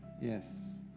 Yes